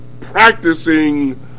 practicing